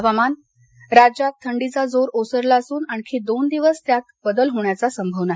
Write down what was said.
हवामान राज्यात थंडीचा जोर ओसरला असून आणखी दोन दिवस त्यात बदल होण्याचा संभव नाही